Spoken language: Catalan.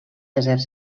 desert